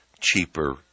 cheaper